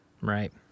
Right